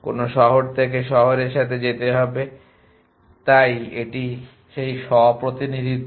কোন শহর থেকে শহরের সাথে যেতে হবে এবং তাই এটি সেই স্ব প্রতিনিধিত্ব